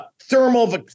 thermal